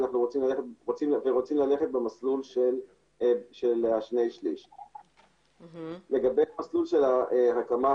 ואנחנו רוצים ללכת במסלול של 2/3. לגבי המסלול של ההתאמה